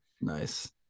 Nice